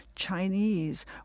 Chinese